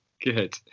good